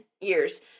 years